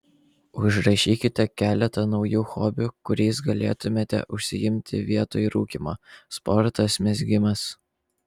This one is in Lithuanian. užrašykite keletą naujų hobių kuriais galėtumėte užsiimti vietoj rūkymo sportas mezgimas